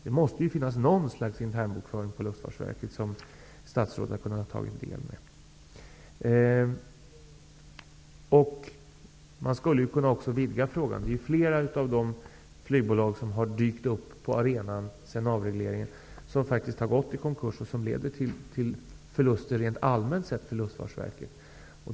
Det måste finnas något slags internbokföring på Luftfartsverket som statsrådet har kunnat ta del av. Det är flera av de flygbolag som dykt upp på arenan sedan avregleringen som har gått i konkurs, vilket rent allmänt sett leder till förluster för Luftfartsverket.